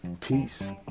peace